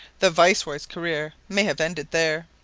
the viceroy's career might have ended there.